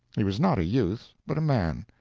he was not a youth, but a man.